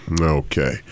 Okay